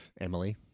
Emily